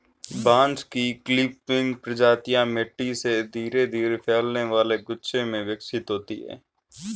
बांस की क्लंपिंग प्रजातियां मिट्टी से धीरे धीरे फैलने वाले गुच्छे में विकसित होती हैं